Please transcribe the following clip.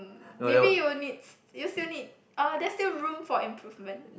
maybe you needs you still need oh there's still room for improvement